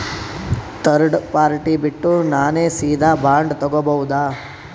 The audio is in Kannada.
ಥರ್ಡ್ ಪಾರ್ಟಿ ಬಿಟ್ಟು ನಾನೇ ಸೀದಾ ಬಾಂಡ್ ತೋಗೊಭೌದಾ?